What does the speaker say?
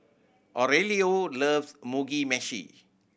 Aurelio loves Mugi Meshi